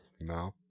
No